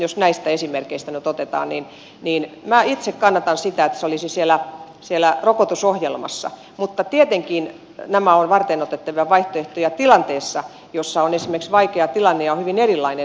jos näistä esimerkeistä nyt otetaan niin minä itse kannatan sitä että se olisi siellä rokotusohjelmassa mutta tietenkin nämä ovat varteenotettavia vaihtoehtoja tilanteessa jossa on esimerkiksi vaikea tilanne ja on hyvin erilainen tilanne